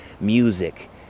music